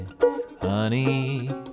honey